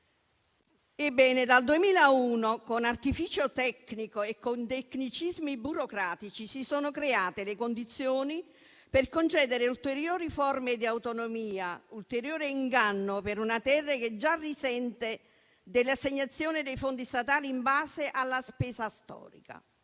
Ebbene, dal 2001, con artificio tecnico e con tecnicismi burocratici, si sono create le condizioni per concedere ulteriori forme di autonomia, ulteriore inganno per una terra che già risente dell'assegnazione dei fondi statali in base alla spesa storica.